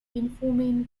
informing